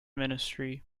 ministry